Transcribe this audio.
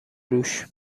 روش